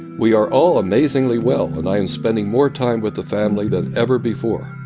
we are all amazingly well, and i am spending more time with the family than ever before.